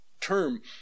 term